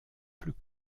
plus